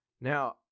now